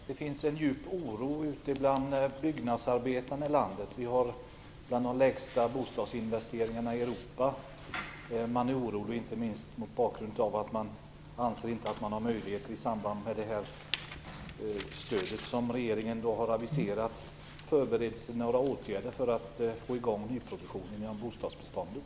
Herr talman! Det finns en djup oro bland byggnadsarbetarna i landet; Sverige har bland de lägsta bostadsinvesteringarna i Europa. Man är orolig inte minst mot bakgrund av att man inte anser att man har några möjligheter i samband med det stöd som regeringen har aviserat. Förbereds det några åtgärder för att få i gång nyproduktionen inom bostadsbeståndet?